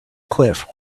cliff